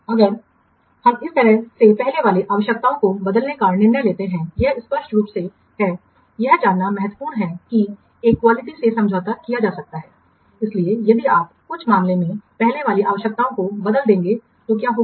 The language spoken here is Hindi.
अगर हम इस तरह से पहले वाली आवश्यकताओं को बदलने का निर्णय लेते हैं यह स्पष्ट रूप से है यह जानना महत्वपूर्ण है कि एक क्वालिटी से समझौता किया जा सकता है इसलिए यदि आप कुछ मामलों में पहले वाली आवश्यकताओं को बदल देंगे तो क्या होगा